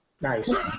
Nice